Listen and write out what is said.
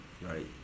right